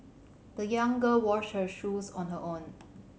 the young girl washed her shoes on her own